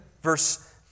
verse